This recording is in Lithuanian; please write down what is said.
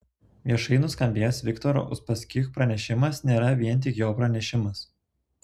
viešai nuskambėjęs viktoro uspaskich pranešimas nėra vien tik jo pranešimas